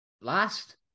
last